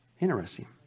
Interesting